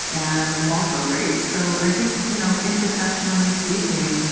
and also race. so i think, you know, intersectionally speaking,